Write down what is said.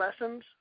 lessons